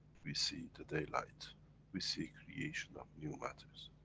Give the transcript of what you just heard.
we see the day light we see creation of new matters.